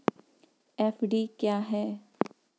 FD क्या है?